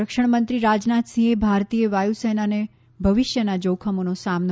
સંરક્ષણમંત્રી રાજનાથસિંહે ભારતીય વાયુસેનાને ભવિષ્યના જોખમોનો સામનો